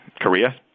Korea